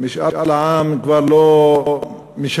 משאל העם כבר לא משנה.